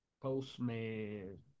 Postman